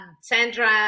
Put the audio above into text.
Sandra